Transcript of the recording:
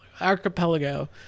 Archipelago